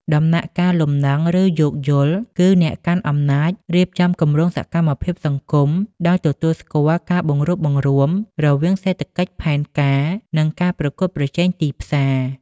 ដំណាក់កាល "លំនឹង" ឬ "យោគយល់" គឺ អ្នកកាន់អំណាចរៀបចំគម្រោងសកម្មភាពសង្គមដោយទទួលស្គាល់ការបង្រួបបង្រួមរវាងសេដ្ឋកិច្ចផែនការ និងការប្រកួតប្រជែងទីផ្សារ។